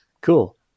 Cool